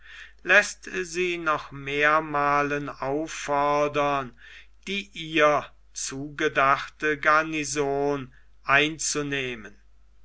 läßt sie noch mehrmalen auffordern die ihr zugedachte garnison einzunehmen